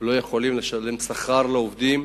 ולא יכולים לשלם שכר לעובדים,